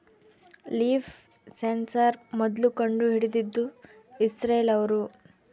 leaf sensor ಮೊದ್ಲು ಕಂಡು ಹಿಡಿದಿದ್ದು ಇಸ್ರೇಲ್ ಅವ್ರು